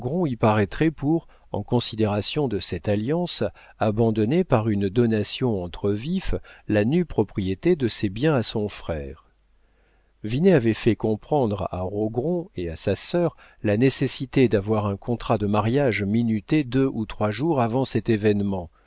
y paraîtrait pour en considération de cette alliance abandonner par une donation entre vifs la nue propriété de ses biens à son frère vinet avait fait comprendre à rogron et à sa sœur la nécessité d'avoir un contrat de mariage minuté deux ou trois jours avant cet événement